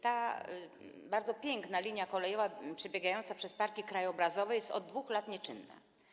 Ta bardzo piękna linia kolejowa, przebiegająca przez parki krajobrazowe, jest od 2 lat nieczynna.